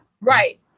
Right